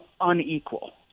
unequal